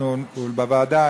אנחנו בוועדה,